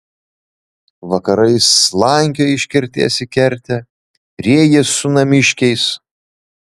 vakarais slankioji iš kertės į kertę riejies su namiškiais